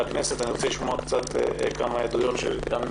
הכנסת אני רוצה לשמוע כמה עדויות של נשים,